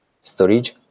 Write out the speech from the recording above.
storage